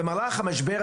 במהלך המשבר,